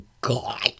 god